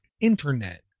internet